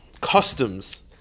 customs